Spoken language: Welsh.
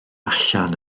allan